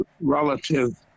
relative